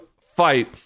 fight